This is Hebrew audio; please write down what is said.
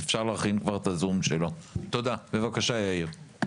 בבקשה, יאיר.